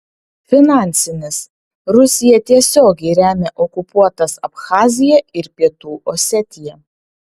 finansinis rusija tiesiogiai remia okupuotas abchaziją ir pietų osetiją